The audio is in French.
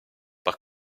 par